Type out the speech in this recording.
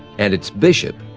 and its bishop,